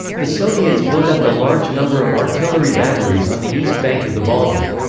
the soviets built up a large number of artillery batteries on the east bank of the volga.